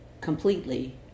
completely